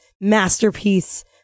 masterpiece